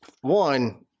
one